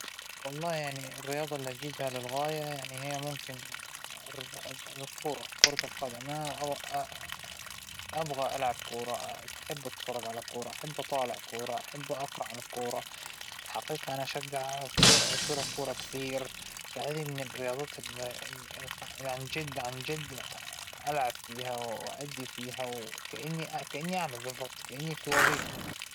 ما بعرف ألعب كرة قدم ، ما بعرف أوقف الكرة أصلا، ما بحب الكرة وما بعرف ألعب فيها، فاا- أظن إن هاذى أسوء رياضة ممكن أكون جربت أمارسها، لكن ما مارستها، لكن أعتقد لو إجيت كورة لحد رجلى و خلاص، فيها- فينى أوقفها أو أساويها ما بعرف ما فينى.